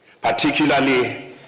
particularly